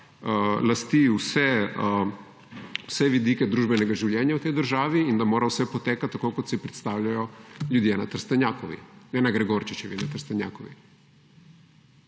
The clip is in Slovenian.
vse vidike družbenega življenja v tej državi in da mora vse potekat tako, kot si predstavljajo ljudje na Trstenjakovi, ne na Gregorčičevi, na Trstenjakovi.